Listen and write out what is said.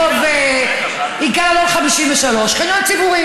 החניון הציבורי ברחוב יגאל אלון 53. חניון ציבורי.